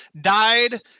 died